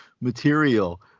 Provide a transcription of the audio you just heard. material